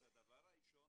אז הדבר הראשון,